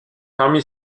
parmi